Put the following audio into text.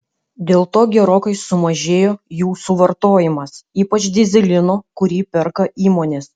dėl to gerokai sumažėjo jų suvartojimas ypač dyzelino kurį perka įmonės